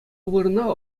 вырӑна